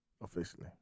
officially